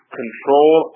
control